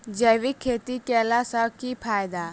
जैविक खेती केला सऽ की फायदा?